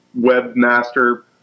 webmaster